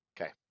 Okay